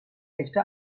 echte